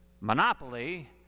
monopoly